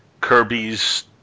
Kirby's